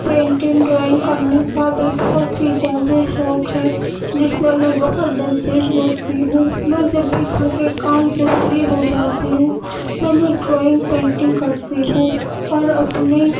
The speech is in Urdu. پینٹنگ ڈرائینگ کرنے کا بھی بہت ہی زیادہ شوق ہے جس میں میں بہت دلچسپی رکھتی ہوں میں جب بھی گھر کے کام سے فارغ ہو جاتی ہوں تو میں ڈرائینگ پینٹنگ کرتی ہوں اور اپنے